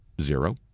zero